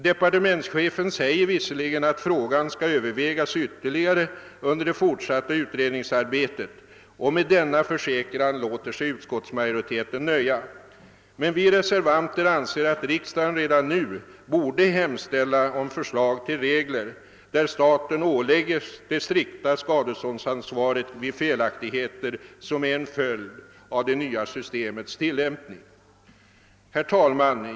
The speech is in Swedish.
Departementschefen säger visserligen att frågan skall övervägas ytterligare under det fortsatta utredningsarbetet, och med denna försäkran låter sig utskottsmajoriteten nöja, men vi reservanter har den uppfattningen att riksdagen redan nu bör hemställa om förslag till regler där staten ålägges det strikta skadeståndsansvaret vid felaktigheter som är en följd av det nya systemets tillämpning. Herr talman!